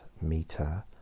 meter